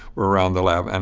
around the lab, and